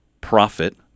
profit